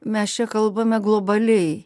mes čia kalbame globaliai